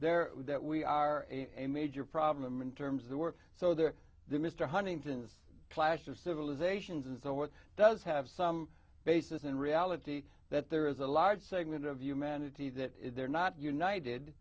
there that we are a major problem in terms of the work so they're there mr huntington's clash of civilizations and so what does have some basis in reality that there is a large segment of humanity that they're not united